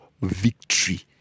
victory